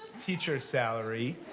teacher's salary.